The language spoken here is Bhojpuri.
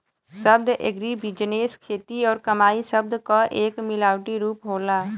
शब्द एग्रीबिजनेस खेती और कमाई शब्द क एक मिलावटी रूप होला